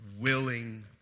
willing